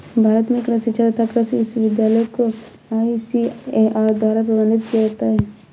भारत में कृषि शिक्षा तथा कृषि विश्वविद्यालय को आईसीएआर द्वारा प्रबंधित किया जाता है